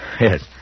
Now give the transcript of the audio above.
yes